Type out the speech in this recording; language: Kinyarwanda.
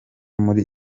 muri